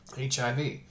HIV